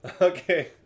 Okay